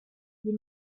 you